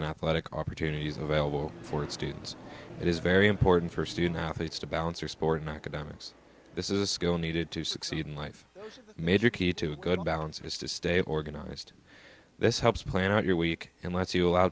athletic opportunities available for its students it is very important for student athletes to bounce or sport in academics this is a skill needed to succeed in life major key to good balance is to stay organized this helps plan out your week and lets you allow